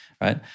right